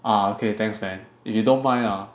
ah okay thanks man if you don't mind ah